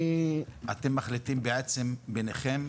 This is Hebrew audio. אתם מחליטים ביניכם?